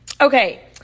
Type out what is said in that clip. Okay